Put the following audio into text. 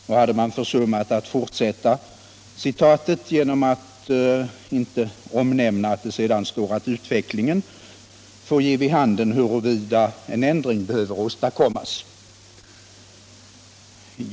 Herr Haglund sade att motionärerna försummat att omnämna att det sedan står att utvecklingen får ge vid handen huruvida en ändring behöver åstadkommas.